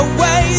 Away